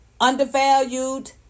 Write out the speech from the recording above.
undervalued